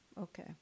Okay